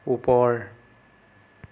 ওপৰ